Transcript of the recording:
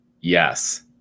Yes